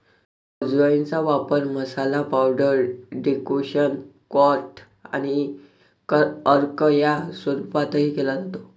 अजवाइनचा वापर मसाला, पावडर, डेकोक्शन, क्वाथ आणि अर्क या स्वरूपातही केला जातो